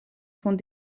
von